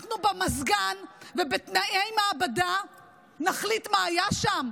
אנחנו במזגן ובתנאי מעבדה נחליט מה היה שם,